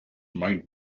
mind